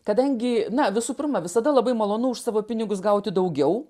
kadangi na visų pirma visada labai malonu už savo pinigus gauti daugiau